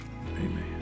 Amen